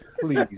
please